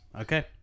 Okay